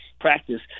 practice